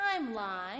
timeline